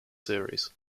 series